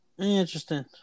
Interesting